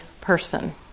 person